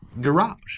garage